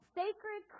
sacred